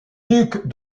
duc